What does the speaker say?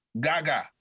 Gaga